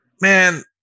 man